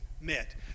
met